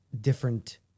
different